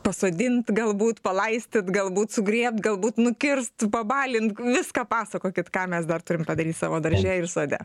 pasodint galbūt palaistyt galbūt sugrėbt galbūt nukirst pabalint viską pasakokit ką mes dar turim padaryt savo darže ir sode